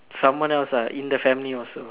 someone else lah in the family also